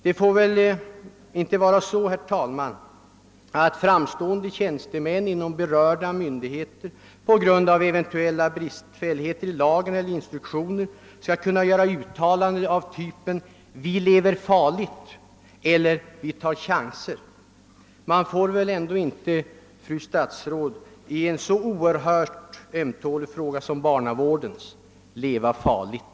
Det får väl inte vara så, herr talman, att framstående tjänstemän inom berörda myndigheter på grund av eventuella bristfälligheter i lagen eller i sina instruktioner skall kunna göra utalanden av typen » Vi lever farligt» eller »Vi tar chanser». Man får väl ändå inte, fru statsråd, i en så oerhört ömtålig fråga som barnavården utgör »leva farligt»!